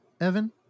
Evan